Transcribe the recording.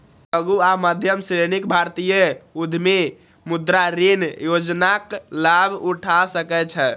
लघु आ मध्यम श्रेणीक भारतीय उद्यमी मुद्रा ऋण योजनाक लाभ उठा सकै छै